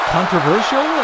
Controversial